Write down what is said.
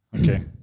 Okay